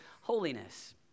holiness